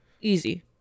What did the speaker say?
Easy